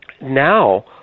now